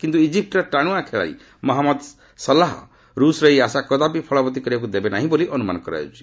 କିନ୍ତୁ ଇଜିପ୍ଟର ଟାଣୁଆ ଖେଳାଳି ମହମ୍ମଦ ସଲାହ୍ ରୁଷ୍ର ଏହି ଆଶା କଦାପି ଫଳବତୀ କରିବାକୁ ଦେବ ନାହିଁ ବୋଲି ଅନୁମାନ କରାଯାଉଛି